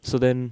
so then